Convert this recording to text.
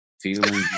feeling